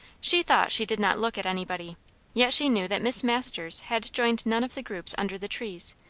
she thought she did not look at anybody yet she knew that miss masters had joined none of the groups under the trees,